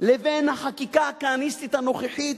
לבין החקיקה הכהניסטית הנוכחית